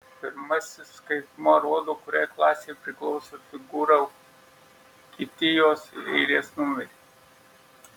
pirmasis skaitmuo rodo kuriai klasei priklauso figūra kiti jos eilės numerį